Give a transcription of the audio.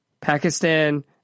Pakistan